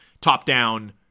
top-down